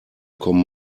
kommen